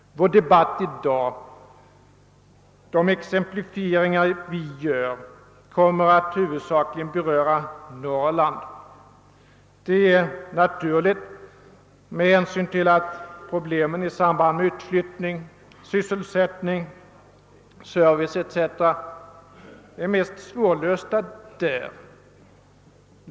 Vår debatt i dag och de exemplifieringar vi gör kommer huvudsakligen att beröra Norrland. Det är naturligt med hänsyn till att problemen i samband med utflyttning, sysselsättning, service etc. är mest svårlösta där.